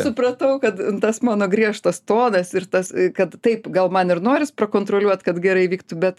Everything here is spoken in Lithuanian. supratau kad tas mano griežtas tonas ir tas kad taip gal man ir noris prakontroliuot kad gerai vyktų bet